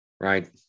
Right